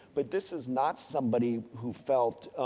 but this is not somebody who felt,